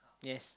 yes